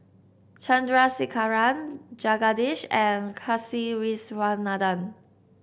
Chandrasekaran Jagadish and Kasiviswanathan